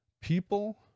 People